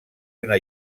una